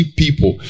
people